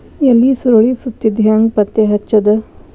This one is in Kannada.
ಎಲಿ ಸುರಳಿ ಸುತ್ತಿದ್ ಹೆಂಗ್ ಪತ್ತೆ ಹಚ್ಚದ?